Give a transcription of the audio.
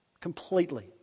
Completely